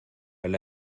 weil